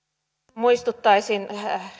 muistuttaisin